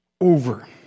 over